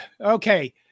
Okay